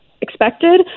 expected